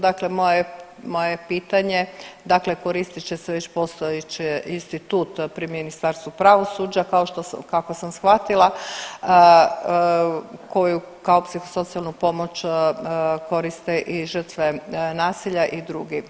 Dakle, moje je pitanje, dakle koristit će se već postojeći institut pri Ministarstvu pravosuđa kao što sam, kako sam shvatila koju kao psihosocijalnu pomoć koriste i žrtve nasilja i drugi.